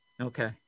Okay